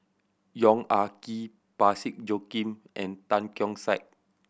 Yong Ah Kee Parsick Joaquim and Tan Keong Saik